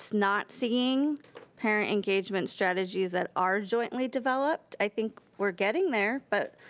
not seeing parent engagement strategies that are jointly developed. i think we're getting there but,